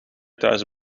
thuis